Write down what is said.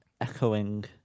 echoing